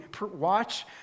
watch